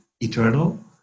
eternal